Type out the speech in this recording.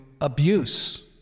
abuse